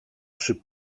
przy